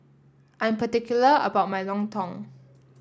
I am particular about my Lontong